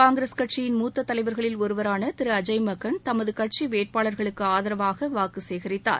காய்கிரஸ் கட்சியின் மூத்த தலைவர்களில் ஒருவரான திரு அஜய் மக்கன் தமது கட்சி வேட்பாளர்களுக்கு ஆதரவாக வாக்கு சேகரித்தார்